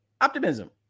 Optimism